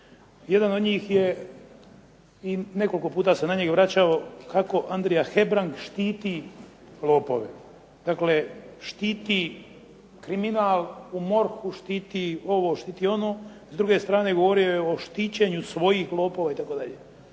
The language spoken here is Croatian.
Jedan od njih je i nekoliko puta se na njega vraćao, kako Andrija Hebrang štiti lopove. Dakle, štiti kriminal u MORH-u, štiti ovo, štiti ono. S druge strane, govorio je o štićenju svojih lopova itd.